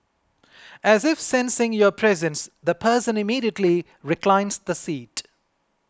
as if sensing your presence the person immediately reclines the seat